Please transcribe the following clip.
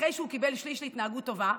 אחרי שהוא קיבל שליש על התנהגות טובה,